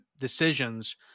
decisions